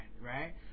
right